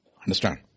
Understand